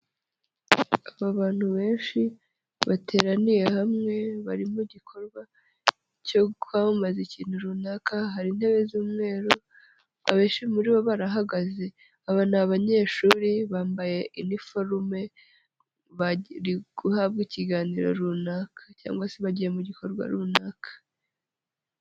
Abantu benshi bateraniye hamwe bari mu gikorwa cyo kwamamaza ikintu runaka, hari intebe z'umweru abenshi muri bo barahagaze, aba ni abanyeshuri bambaye iniforume, bari guhabwa ikiganiro runaka cyangwa se bagiye mu gikorwa runaka.